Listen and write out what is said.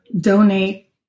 donate